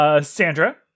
Sandra